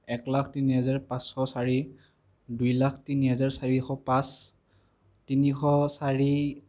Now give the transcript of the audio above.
একলাখ তিনি হেজাৰ পাঁচশ চাৰি দুইলাখ তিনি হেজাৰ চাৰিশ পাঁচ তিনিশ চাৰি